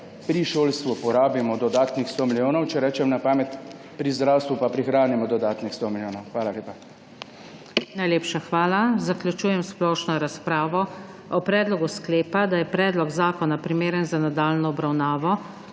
Pri šolstvu porabimo dodatnih 100 milijonov, če rečem na pamet, pri zdravstvu pa prihranimo dodatnih 100 milijonov .Hvala lepa. **PODPREDSEDNICA NATAŠA SUKIČ:** Najlepša hvala. Zaključujem splošno razpravo. O predlogu sklepa, da je predlog zakona primeren za nadaljnjo obravnavo,